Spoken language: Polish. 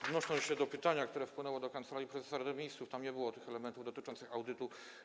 Odnosząc się do pytania, które wpłynęło do Kancelarii Prezesa Rady Ministrów - tam nie było tych elementów dotyczących audytu.